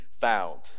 found